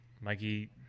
Mikey